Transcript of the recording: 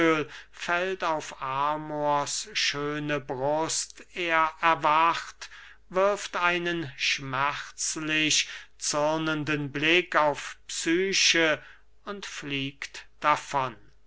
fällt auf amors schöne brust er erwacht wirft einen schmerzlich zürnenden blick auf psyche und fliegt davon